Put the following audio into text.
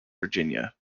virginia